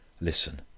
Listen